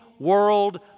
world